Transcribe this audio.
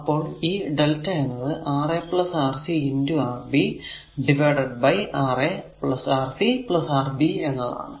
അപ്പോൾ ഈ lrmΔ എന്നത് Ra Rc Rb divided by Ra Rc Rb എന്നതാണ്